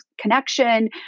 connection